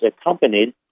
accompanied